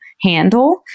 handle